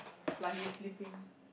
like he is sleeping